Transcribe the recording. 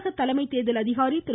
தமிழக தலைமைத் தேர்தல் அதிகாரி திரு